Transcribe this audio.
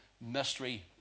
mystery